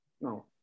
no